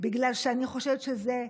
כי אני חושבת שזה תרמית.